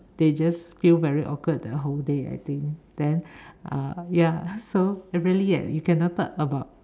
they just feel very awkward the whole day I think then uh ya so really leh you cannot talk about